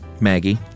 Maggie